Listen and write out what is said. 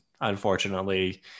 unfortunately